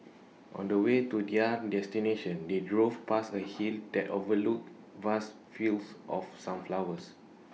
on the way to their destination they drove past A hill that overlooked vast fields of sunflowers